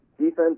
Defense